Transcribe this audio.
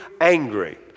angry